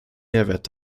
mehrwert